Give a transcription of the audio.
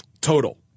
total